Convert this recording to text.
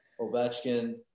Ovechkin